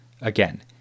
Again